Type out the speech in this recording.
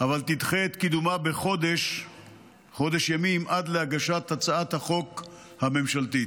אבל תדחה את קידומה בחודש ימים עד להגשת הצעת החוק הממשלתית.